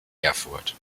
erfurt